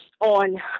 on